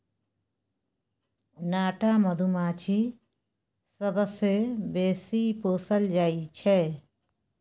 नाटा मधुमाछी सबसँ बेसी पोसल जाइ छै